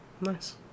Nice